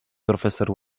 profesor